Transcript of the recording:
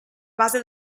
base